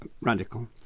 radical